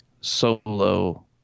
solo